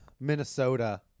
Minnesota